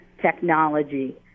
technology